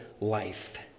life